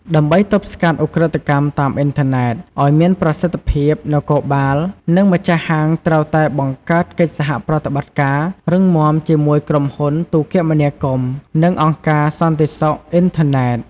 ដើម្បី ទប់ស្កាត់ឧក្រិដ្ឋកម្មតាមអ៊ីនធឺណិត ឱ្យមានប្រសិទ្ធភាព នគរបាល និង ម្ចាស់ហាង ត្រូវតែ បង្កើតកិច្ចសហប្រតិបត្តិការ រឹងមាំជាមួយ ក្រុមហ៊ុនទូរគមនាគមន៍ និង អង្គការសន្តិសុខអ៊ីនធឺណិត។